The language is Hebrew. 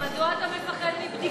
אז מדוע אתה מפחד מבדיקה?